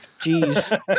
Jeez